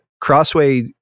Crossway